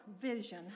vision